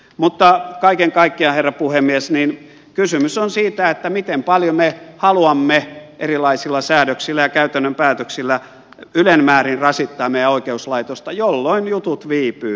mutta kaiken kaikkiaan herra puhemies kysymys on siitä miten paljon me haluamme erilaisilla säädöksillä ja käytännön päätöksillä ylen määrin rasittaa meidän oikeuslaitosta jolloin jutut viipyvät